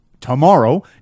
tomorrow